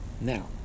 Now